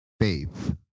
faith